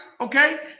okay